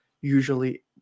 usually